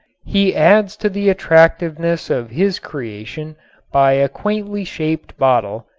he adds to the attractiveness of his creation by a quaintly shaped bottle,